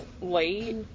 late